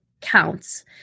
counts